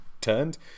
turned